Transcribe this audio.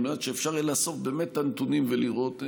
על מנת שאפשר יהיה לאסוף באמת את הנתונים ולראות,